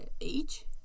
age